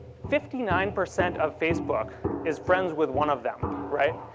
fifty nine percent of facebook is friends with one of them, right?